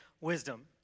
wisdom